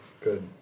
Good